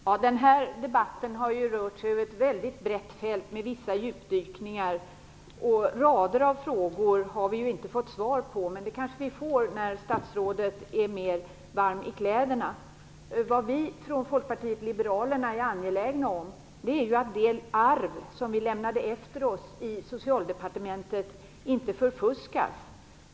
Fru talman! Dagens debatt har rört sig över ett mycket brett fält, med vissa djupdykningar. Rader av frågor har vi inte fått svar på. Men det kanske vi får när statsrådet är mer varm i kläderna. Det som vi i Folkpartiet liberalerna är angelägna om är att det arv som vi lämnade efter oss i Socialdepartementet inte förfuskas.